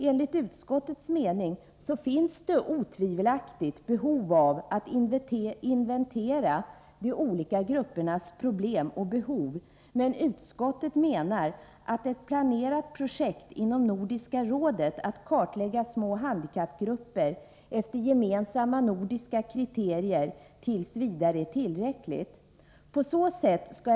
Enligt utskottets mening finns det otvivelaktigt behov av att inventera de olika gruppernas problem och behov, men utskottet menar att ett planerat projekt inom Nordiska rådet för att kartlägga små handikappgrupper efter gemensamma nordiska kriterier t. v. är tillräckligt.